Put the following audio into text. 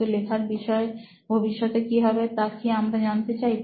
কিন্তু লেখার বিষয় ভবিষ্যতে কি হবে তা কি আমরা জানতে চাই